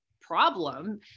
problem